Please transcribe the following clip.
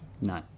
No